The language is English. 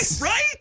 Right